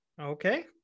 Okay